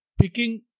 picking